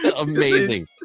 Amazing